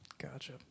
Gotcha